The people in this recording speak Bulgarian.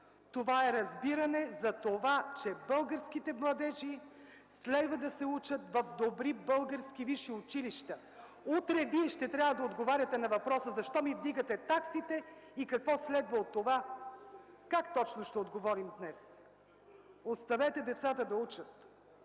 това е разбиране за това, че българските младежи следва да се учат в добри български висши училища. Утре Вие ще трябва да отговаряте на въпроса: „Защо ни вдигате таксите и какво следва от това?!”. Как точно ще отговорим днес? Оставете децата да учат.